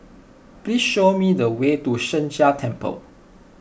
please show me the way to Sheng Jia Temple